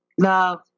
love